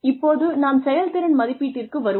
இப்போது நாம் செயல்திறன் மதிப்பீட்டிற்கு வருவோம்